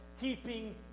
keeping